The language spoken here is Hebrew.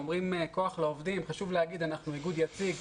אומרים כוח לעובדים, חשוב להגיד שאנחנו איגוד יציג